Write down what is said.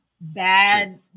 bad